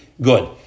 good